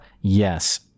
Yes